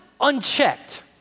unchecked